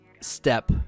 step